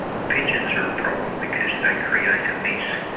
pigeons are a problem because they create a mess.